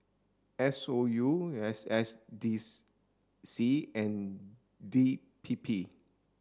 S O U S S dis C and D P P